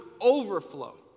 overflow